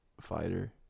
fighter